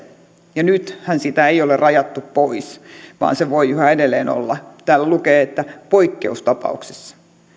ja nythän sitä ei ole rajattu pois vaan se voi yhä edelleen olla täällä lukee että poikkeustapauksissa